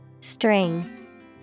String